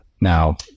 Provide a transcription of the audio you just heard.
now